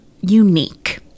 unique